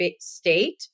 state